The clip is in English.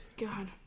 God